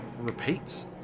repeats